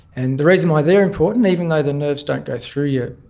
and the reason why they are important, even though the nerves don't go through your,